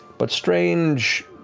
but strange,